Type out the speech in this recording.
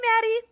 Maddie